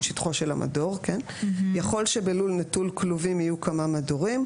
יכול שבלול נטול כלובים יהיו כמה מדורים,